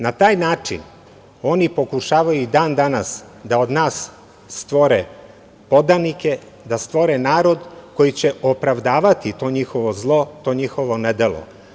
Na taj način oni pokušavaju i dan-danas da od nas stvore podanike, da stvore narod koji će opravdavati to njihovo zlo, to njihovo nedelo.